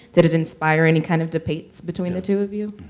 did it inspire any kind of debates between the two of you?